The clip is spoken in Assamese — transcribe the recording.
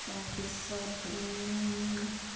তাৰপিছত